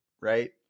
right